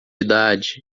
idade